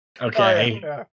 Okay